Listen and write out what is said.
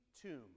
Tomb